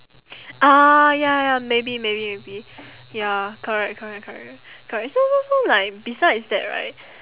ah ya maybe maybe maybe ya correct correct correct correct so so so like besides that right